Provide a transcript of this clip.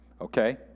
Okay